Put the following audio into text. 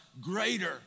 greater